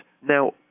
Now